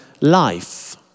life